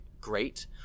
great